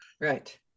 Right